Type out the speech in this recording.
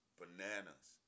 bananas